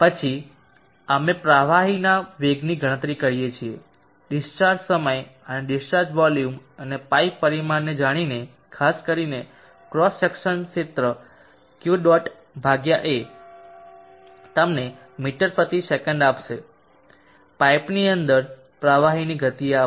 પછી અમે પ્રવાહીના વેગની ગણતરી કરીએ છીએ ડીસ્ચાર્જ સમય અને ડિસ્ચાર્જ વોલ્યુમ અને પાઇપ પરિમાણને જાણીને ખાસ કરીને ક્રોસ સેક્શન ક્ષેત્ર ક્યૂ ડોટ ભાગ્યા A તમને મીટર પ્રતિ સેકંડ આપશે પાઇપની અંદર પ્રવાહીની ગતિ આપશે